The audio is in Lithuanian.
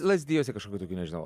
lazdijuose kašokių tokių nežinau